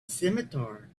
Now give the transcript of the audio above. scimitar